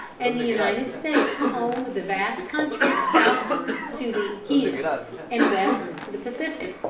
and the united states owned the vast country southward to the gila and west to the pacific